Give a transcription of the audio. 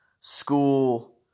school